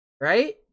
right